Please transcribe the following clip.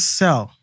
sell